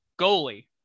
goalie